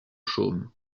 chaume